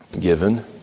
given